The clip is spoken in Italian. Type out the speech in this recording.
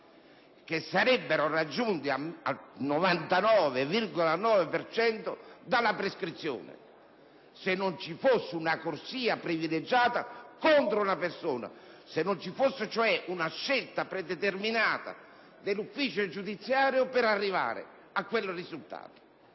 che sarebbero raggiunti al 99,9 per cento dalla prescrizione. Ciò, ripeto, se non ci fosse una corsia privilegiata contro una persona, se non ci fosse cioè una scelta predeterminata dell'ufficio giudiziario per arrivare a quel risultato.